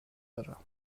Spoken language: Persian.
دارم